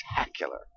spectacular